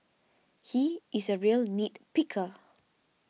he is a real nit picker